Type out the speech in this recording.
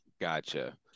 Gotcha